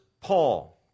Paul